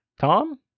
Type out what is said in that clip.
Tom